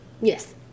Yes